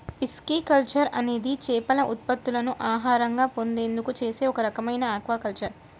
pisciculture అనేది చేపల ఉత్పత్తులను ఆహారంగా పొందేందుకు చేసే ఒక రకమైన ఆక్వాకల్చర్